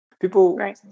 People